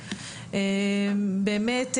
באמת,